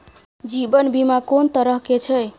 जीवन बीमा कोन तरह के छै?